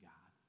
God